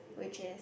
which is